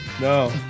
No